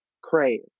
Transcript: crave